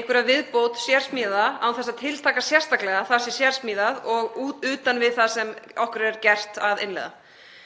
einhverja viðbót, sérsmíðaða, án þess að tiltaka sérstaklega að hún sé sérsmíðuð og utan við það sem okkur er gert að innleiða.